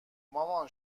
مامان